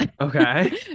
Okay